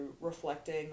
reflecting